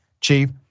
chief